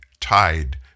tide